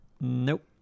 Nope